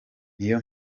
niyo